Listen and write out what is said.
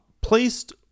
placed